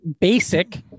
Basic